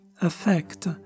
affect